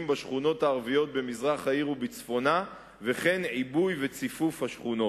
בשכונות הערביות במזרח העיר ובצפונה וכן עיבוי וציפוף השכונות.